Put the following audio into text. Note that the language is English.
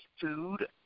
food